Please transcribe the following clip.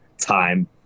time